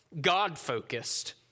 God-focused